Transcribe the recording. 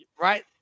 right